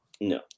No